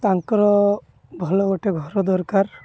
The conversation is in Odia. ତାଙ୍କର ଭଲ ଗୋଟେ ଘର ଦରକାର